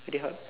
pretty hard